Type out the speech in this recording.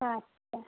আচ্ছা